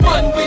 One